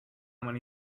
many